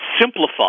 simplify